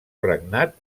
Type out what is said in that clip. regnat